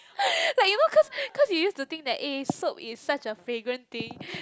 like you know cos cos you used to think that eh soap is such a fragrant thing